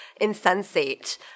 insensate